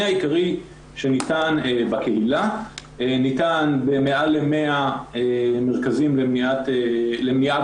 העיקרי שניתן בקהילה ניתן מעל ל-100 מרכזים למניעה